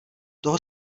toho